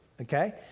Okay